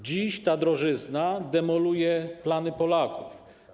Dziś ta drożyzna demoluje plany Polaków.